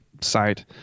site